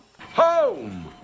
home